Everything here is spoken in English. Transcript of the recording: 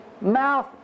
mouth